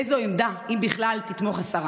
באיזו עמדה, אם בכלל, תתמוך השרה?